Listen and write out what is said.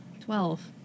Twelve